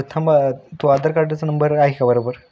थांबा तो आधार कार्डाचा नंबर आहे का बरोबर